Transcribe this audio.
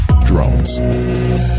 Drones